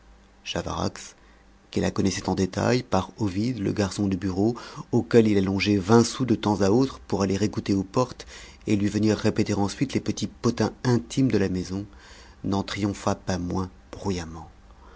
chavarax qui la connaissait en détail par ovide le garçon de bureau auquel il allongeait vingt sous de temps à autre pour aller écouter aux portes et lui venir répéter ensuite les petits potins intimes de la maison n'en triompha pas moins bruyamment